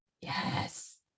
Yes